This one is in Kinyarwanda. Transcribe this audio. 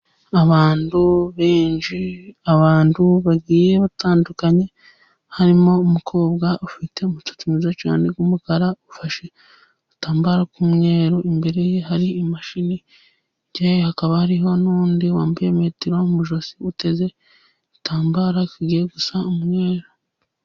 Abantu benshi bagiye batandukanye harimo umukobwa ufite umusatsi mwiza cyane w'umukara, ufashe itambaro cy'umweru. Imbere ye hari imashini hakaba hariho n'undi wambaye metero mu ijosi uteze igitamba kigiye gusa umwera.